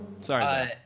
Sorry